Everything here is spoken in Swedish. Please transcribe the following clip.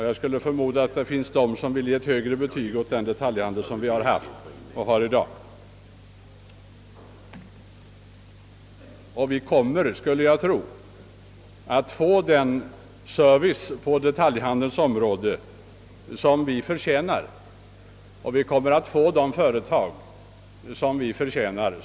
Jag förmodar att det finns de som vill ge ett högre betyg åt den detaljhandel vi haft och har i dag och skulle tro att vi får den service på detaljhandelns område som vi förtjänar, liksom vi också kommer att få de företag vi förtjänar.